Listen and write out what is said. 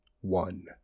one